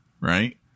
Right